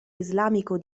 islamico